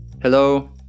hello